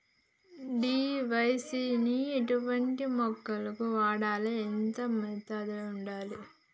DAP ని ఎటువంటి మొక్కలకు వాడాలి? ఎంత మోతాదులో వాడాలి?